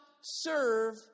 serve